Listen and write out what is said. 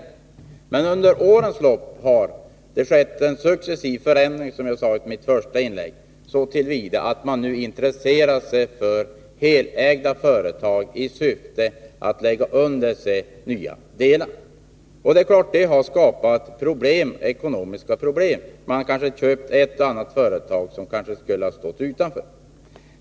Under årens lopp har det, som jag sade i mitt första inlägg, skett en successiv förändring, så till vida att man nu intresserar sig för helägda företag i syfte att lägga under sig nya delar. Det är klart att det har skapat ekonomiska problem. Regioninvest kanske har köpt ett och annat företag som borde ha stått utanför.